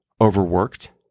overworked